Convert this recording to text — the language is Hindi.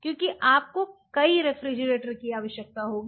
क्योंकि आपको कई रेफ्रिजरेटर की आवश्यकता होगी